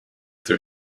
their